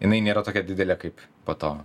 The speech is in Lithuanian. jinai nėra tokia didelė kaip po to